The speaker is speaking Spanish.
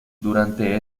durante